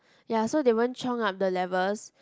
ya so they won't chiong up the levels